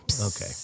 Okay